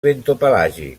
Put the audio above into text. bentopelàgic